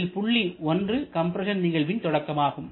இதில் புள்ளி 1 கம்ப்ரஸன் நிகழ்வின் தொடக்கமாகும்